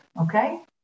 okay